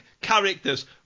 characters